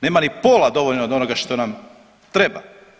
Nema ni pola dovoljno od onoga što nam treba.